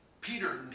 Peter